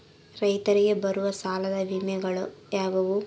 ರೈತರಿಗೆ ಬರುವ ಸಾಲದ ವಿಮೆಗಳು ಯಾವುವು?